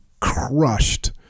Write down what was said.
crushed